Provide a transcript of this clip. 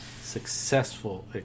Successful